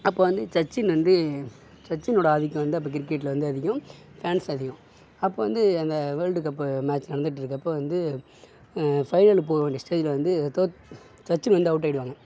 அப்போது வந்து சச்சின் வந்து சச்சினோடய ஆதிக்கம் வந்து அப்போ கிரிக்கெட்டில் வந்து அதிகம் ஃபேன்ஸ் அதிகம் அப்போது வந்து அந்த வேர்ல்ட் கப்பு மேட்ச் நடந்திட்ருக்கப்ப வந்து ஃபைனலுக்கு போக வேண்டிய ஸ்டேஜில் வந்து தோத் சச்சின் வந்து அவுட் ஆயிடுவாங்க